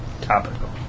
topical